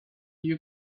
you